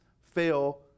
fail